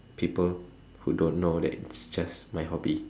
people who don't know that it's just my hobby